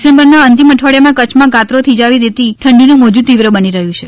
ડિસેમ્બરના અંતિમ અઠવાડિયામાં કચ્છમાં ગાત્રો થીજાવી દેતી ઠંડીનું મોજું તીવ્ર બની રહ્યું છે